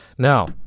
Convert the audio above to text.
Now